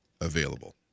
available